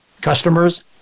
Customers